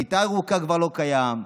כיתה ירוקה כבר לא קיימת,